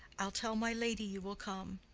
i'll tell my lady you will come.